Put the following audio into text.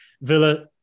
villa